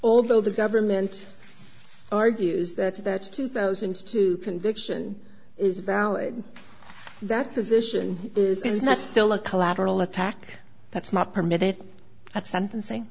although the government argues that that two thousand and two conviction is valid that position is not still a collateral attack that's not permitted at sentencing